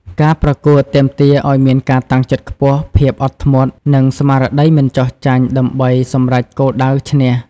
ការប្រកួតទាមទារឱ្យមានការតាំងចិត្តខ្ពស់ ភាពអត់ធ្មត់ និងស្មារតីមិនចុះចាញ់ដើម្បីសម្រេចគោលដៅឈ្នះ។